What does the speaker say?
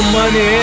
money